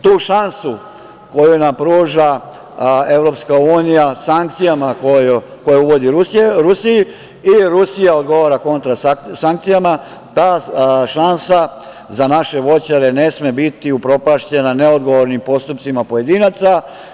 Tu šansu koju nam pruža EU sankcijama koje uvodi Rusiji i Rusija odgovara kontra sankcijama, ta šansa za naše voćare ne sme biti upropašćena neodgovornim postupcima pojedinaca.